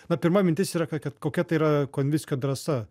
na pirma mintis yra kad kokia tai yra konvickio drąsa